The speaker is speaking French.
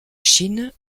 chine